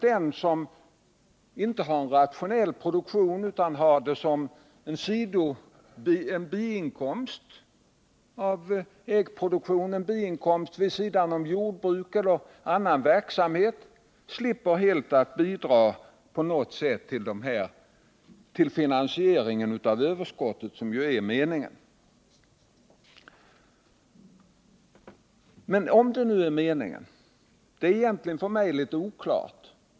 Den som inte har någon rationell produktion utan bedriver äggproduktion vid sidan av jordbruk eller annan verksamhet slipper däremot helt att bidra till finansieringen av överskottet, vilket ju är meningen. Är det nu meningen? Det är för mig litet oklart.